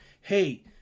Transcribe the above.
hey